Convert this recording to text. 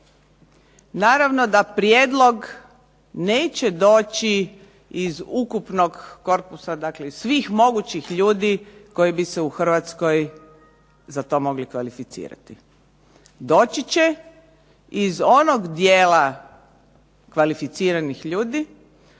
Naravno da prijedlog neće doći iz ukupnog korpusa, dakle iz svih mogućih ljudi koji bi se u Hrvatskoj za to mogli kvalificirati. Doći će iz onog dijela kvalificiranih ljudi